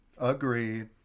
Agreed